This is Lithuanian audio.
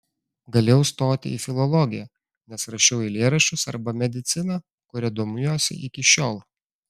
galėjau stoti į filologiją nes rašiau eilėraščius arba mediciną kuria domiuosi iki šiol